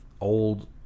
old